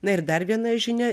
na ir dar viena žinia